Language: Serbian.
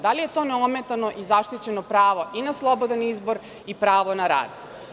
Da li je to neometano i zaštićeno pravo i na slobodan izbor i pravo na rad.